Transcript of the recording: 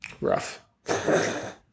Rough